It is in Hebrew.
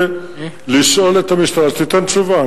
לשאול את המשטרה, שתיתן תשובה.